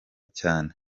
cyane